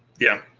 yeah.